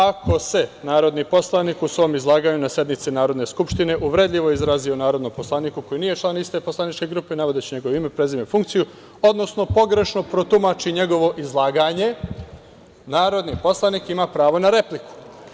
Ako se narodni poslanik u svom izlaganju na sednici Narodne skupštine uvredljivo izrazio o narodnom poslaniku koji nije član iste poslaničke grupe navodeći njegovo ime, prezime, funkciju, odnosno pogrešno protumači njegovo izlaganje, narodni poslanik ima pravo na repliku“